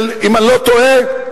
אם אני לא טועה,